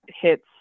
hits